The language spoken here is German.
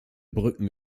brücken